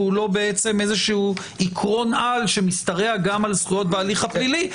ובעצם הוא לא איזשהו עקרון על שמשתרע גם על זכויות בהליך הפלילי,